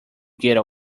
ghetto